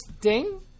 Ding